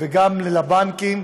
וגם של בנקים.